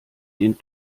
den